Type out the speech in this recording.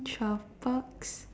twelve bucks